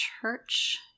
church